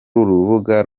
rubuga